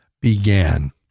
began